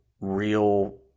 real